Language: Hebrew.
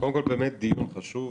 קודם כל, באמת דיון חשוב.